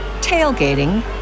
tailgating